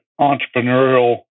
entrepreneurial